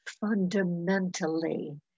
fundamentally